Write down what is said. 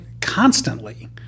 constantly